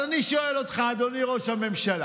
אז אני שואל אותך, אדוני ראש הממשלה,